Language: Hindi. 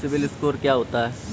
सिबिल स्कोर क्या होता है?